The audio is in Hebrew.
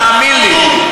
תאמין לי.